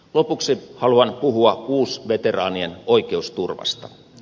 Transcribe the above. lopuksi haluan puhua uusveteraanien oikeusturvasta